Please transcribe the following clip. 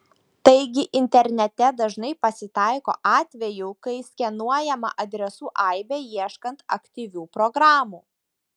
taigi internete dažnai pasitaiko atvejų kai skenuojama adresų aibė ieškant aktyvių programų